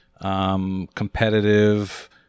competitive